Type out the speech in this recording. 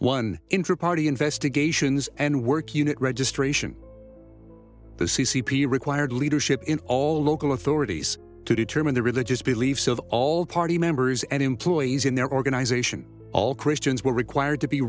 one intraparty investigations and work unit registration the c c p required leadership in local authorities to determine the religious beliefs of all party members and employees in their organization all christians were required to be